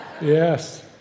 Yes